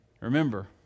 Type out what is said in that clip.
remember